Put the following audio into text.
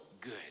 good